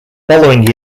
following